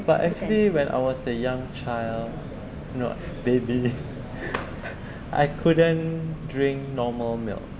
but actually when I was a young child not baby I couldn't drink normal milk